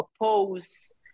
oppose